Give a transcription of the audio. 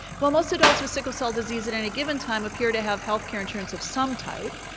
while most adults with sickle cell disease, at any given time, appear to have healthcare insurance of some type,